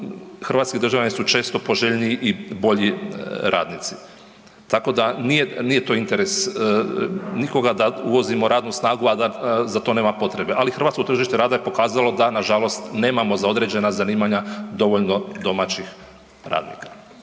hrvatski državljani su često poželjniji i bolji radnici. Tako da, nije to interes nikoga da uvozimo radnu snagu, a da za to nema potrebe. Ali, hrvatsko tržište rada je pokazalo da nažalost nemamo za određena zanimanja dovoljno domaćih radnika.